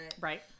right